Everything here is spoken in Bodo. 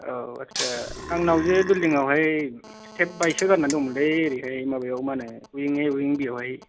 औ आस्सा आंनाव जे बिल्दिं आवहाय थेब बायसोगारनाय दंमोनलै ओरैहाय माबा याव मा होनो विं ए विं बि आवहाय